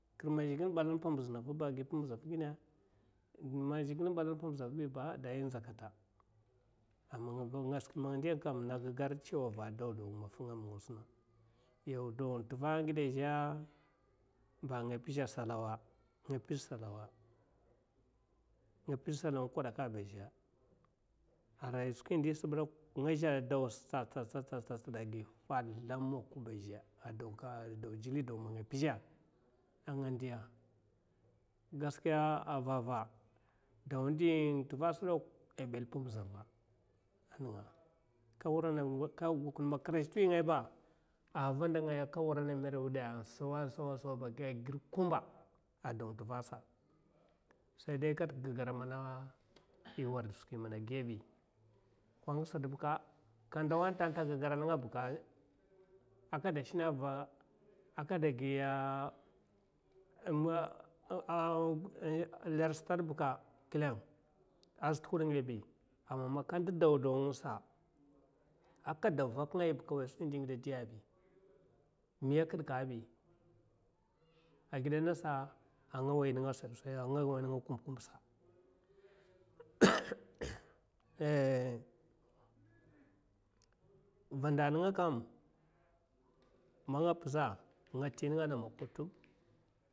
Kir mayim man zhigile èalan pambazina ava ba, agi pambaz na ava, ndo man zhigile èalan pambaz na va bi ba dai ndza kata, nga pizhe salawa yapi salawa n'kwadaka ba azhe arai nga pizhe skwi ndi sa tsaɓ tsaɓ, tsaɓ tsaɓ, tsaɓ tsaɓ agi faɓ zlam mok ba agaɓa amba jili dawu gaskiya a pah jah ntuva sa a èel pambaz ava ndo, man kira azhe tewi nga ba ka wurana mere wid amab kumba adawu ntuva sa saidai gagar ye warda skwi mana agiya bi, ka ndau ntata a gagar ga mana da gi ler chew sa miya aza kid ka, vanda nenga nga ti nenga a mokotub.